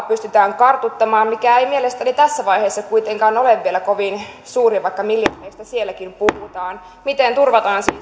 pystytään kartuttamaan sen pääomaa mikä ei mielestäni tässä vaiheessa kuitenkaan ole vielä kovin suuri vaikka miljardeista sielläkin puhutaan miten turvataan siis